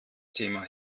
thema